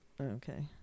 okay